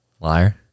Liar